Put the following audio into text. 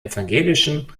evangelischen